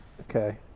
Okay